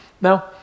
Now